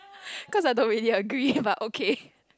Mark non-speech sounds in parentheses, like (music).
(breath) cause I don't really agree but okay